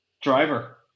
driver